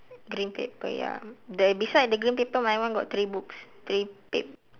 green paper ya there beside the green paper my one got three books three pap~